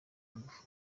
ingufu